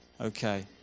Okay